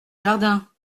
jardin